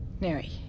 Neri